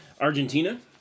Argentina